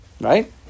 Right